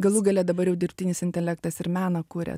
galų gale dabar jau dirbtinis intelektas ir meną kuria